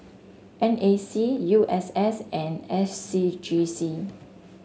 N A C U S S and S C G C